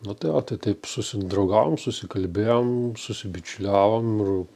nu tai va tai taip susidraugavom susikalbėjom susibičiuliavom ir